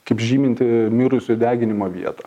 kaip žyminti mirusiųjų deginimo vietą